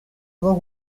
dos